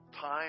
time